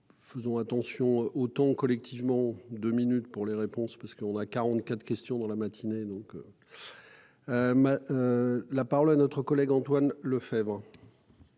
Faisons attention aux collectivement. Deux minutes pour les réponses, parce qu'on a 44 question dans la matinée donc. La parole à notre collègue Antoine Lefèvre.